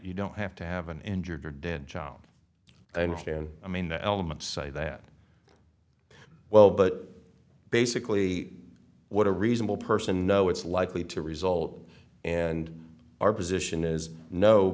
you don't have to have an injured or dead child and sharon i mean the elements say that well but basically what a reasonable person know it's likely to result and our position